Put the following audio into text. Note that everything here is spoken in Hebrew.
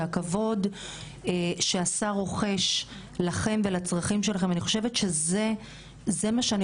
שהכבוד שהשר רוחש לכם ולצרכים שלכם אני חושבת שזה מה שאני